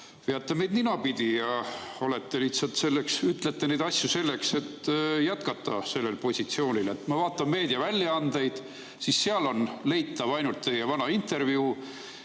veate meid ninapidi ja ütlete neid asju selleks, et jätkata sellel positsioonil. Ma vaatan meediaväljaandeid, seal on leitav ainult teie vana intervjuu.